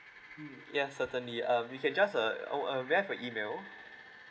mm ya certainly um you can just oh um may I have your email